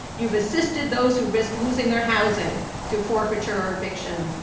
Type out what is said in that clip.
you've assisted those who risk losing their housing to forfeiture or eviction.